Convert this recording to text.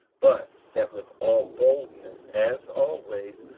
but that with all boldness, as always,